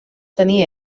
tenir